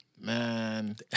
Man